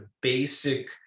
basic